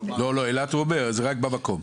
אילת הוא אומר, זה רק במקום.